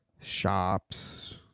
shops